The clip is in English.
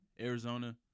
Arizona